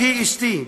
אחי אשתי,